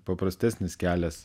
paprastesnis kelias